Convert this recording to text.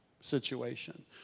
situation